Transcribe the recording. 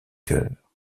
chœur